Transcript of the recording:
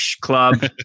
club